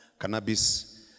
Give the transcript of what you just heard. cannabis